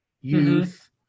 youth